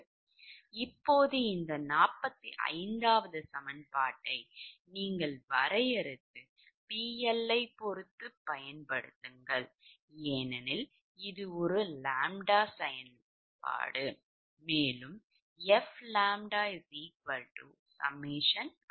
இப்போது இந்த 45 சமன்பாட்டை நீங்கள் வரையறுத்து PL ஐப் பயன்படுத்துங்கள் ஏனெனில் இது ஒரு ʎ செயல்பாடு